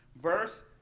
verse